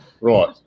Right